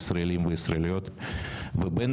בשביל